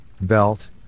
belt